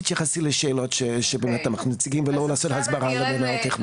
תתייחסי לשאלות שבאמת אנחנו מציגים ולא לעשות הסברה על מינהל התכנון.